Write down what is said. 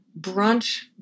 brunch